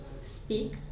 speak